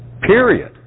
period